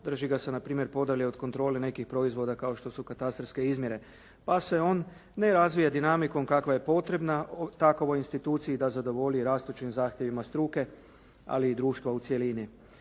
Drži ga se na primjer podalje od kontrole nekih proizvoda kao što su katastarske izmjere pa se on ne razvija dinamikom kakva je potrebna takovoj instituciji da zadovolji rastućim zahtjevima struke ali i društva u cjelini.